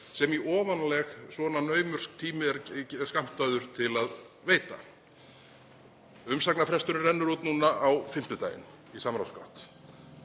sem í ofanálag svona naumur tími er skammtaður til að veita. Umsagnarfresturinn rennur út núna á fimmtudaginn í samráðsgátt.